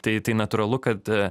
tai tai natūralu kad